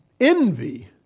envy